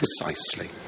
precisely